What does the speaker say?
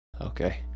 Okay